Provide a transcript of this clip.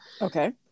Okay